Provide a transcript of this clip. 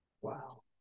Wow